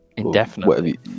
Indefinitely